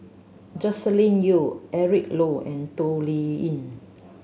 Joscelin Yeo Eric Low and Toh Liying